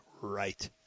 right